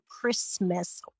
Christmas